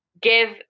Give